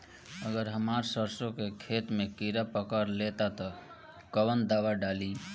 अगर हमार सरसो के पेड़ में किड़ा पकड़ ले ता तऽ कवन दावा डालि?